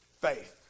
faith